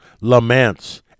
laments